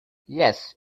yes